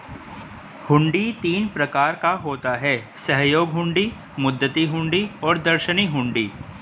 हुंडी तीन प्रकार का होता है सहयोग हुंडी, मुद्दती हुंडी और दर्शनी हुंडी